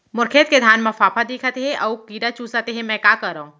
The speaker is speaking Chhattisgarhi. मोर खेत के धान मा फ़ांफां दिखत हे अऊ कीरा चुसत हे मैं का करंव?